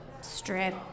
strip